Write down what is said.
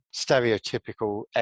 stereotypical